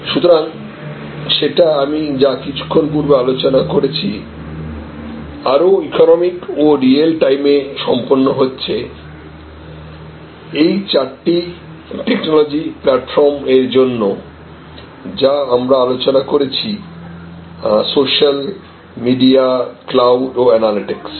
সুতরাং সেটা আমি যা কিছুক্ষণ পূর্বে আলোচনা করেছি আরো ইকোনমিক ও রিয়েল টাইমে সম্পন্ন হচ্ছে এই চারটি টেকনোলজি প্ল্যাটফর্ম এর জন্য যা আমরা আলোচনা করেছি সোশ্যাল মিডিয়া ক্লাউড ও অ্যানালিটিকস